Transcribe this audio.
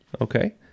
Okay